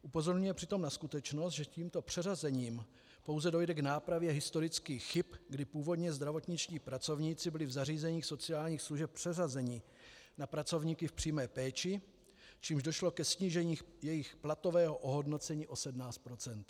Upozorňuje přitom na skutečnost, že tímto přeřazením pouze dojde k nápravě historických chyb, kdy původně zdravotničtí pracovníci byli v zařízeních sociálních služeb přeřazeni na pracovníky v přímé péči, čímž došlo ke snížení jejich platového ohodnocení o 17 %.